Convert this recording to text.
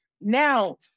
Now